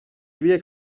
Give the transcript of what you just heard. havia